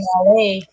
LA